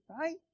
Right